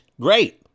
great